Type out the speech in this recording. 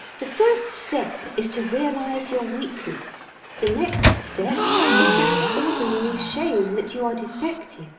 the first step is to realize your weakness the next step is to have ordinary shame that you are defective